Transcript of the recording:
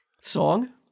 Song